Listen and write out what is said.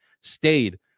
stayed